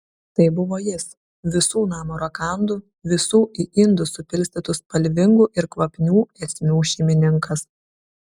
tai buvo jis visų namo rakandų visų į indus supilstytų spalvingų ir kvapnių esmių šeimininkas